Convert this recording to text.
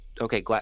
Okay